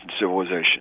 civilization